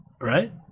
Right